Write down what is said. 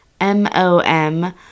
M-O-M